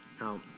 Now